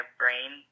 brain